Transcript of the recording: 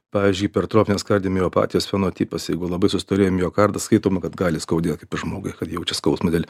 pavyzdžiui pertrofinės kardiomiopatijos fenotipas jeigu labai sustorėjo miokardas skaitoma kad gali skaudėt kaip ir žmogui kad jaučia skausmą dėl